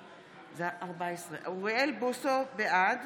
בוסו, בעד